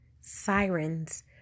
Sirens